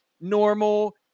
normal